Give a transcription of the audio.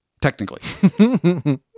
technically